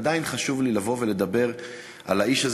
ועדיין חשוב לי לבוא ולדבר על האיש הזה